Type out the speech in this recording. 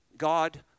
God